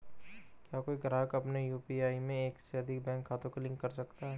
क्या कोई ग्राहक अपने यू.पी.आई में एक से अधिक बैंक खातों को लिंक कर सकता है?